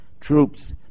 Troops